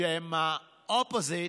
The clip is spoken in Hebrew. שהם האופוזיט